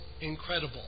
incredible